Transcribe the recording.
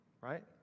Right